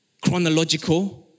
chronological